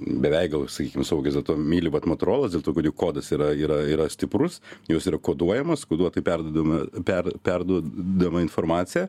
beveik gal sakykim saugios dėl to myli vat motorolas dėl to kad jų kodas yra yra yra stiprus jos yra koduojamos koduotai perduodam per perduodama informacija